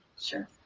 Sure